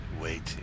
waiting